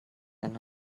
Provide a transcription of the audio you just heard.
and